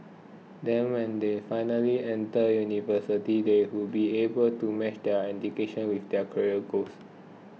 then when they finally enter university they would be able to match their education with their career goals